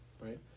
right